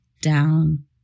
down